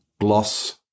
Gloss